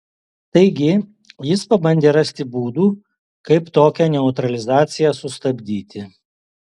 taigi jis pabandė rasti būdų kaip tokią neutralizaciją sustabdyti